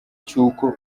cy’uko